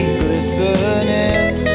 glistening